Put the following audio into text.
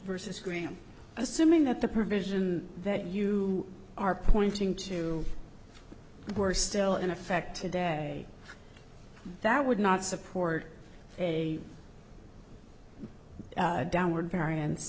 versus scream assuming that the provision that you are pointing to were still in effect today that would not support a downward variance